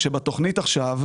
7 שתיארתי,